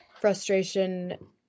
frustration